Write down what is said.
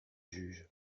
juge